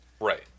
right